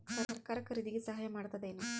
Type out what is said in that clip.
ಸರಕಾರ ಖರೀದಿಗೆ ಸಹಾಯ ಮಾಡ್ತದೇನು?